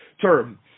term